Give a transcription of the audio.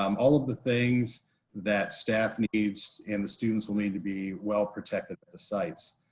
um all of the things that staff needs and the students will need to be well-protected at the sites.